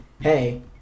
hey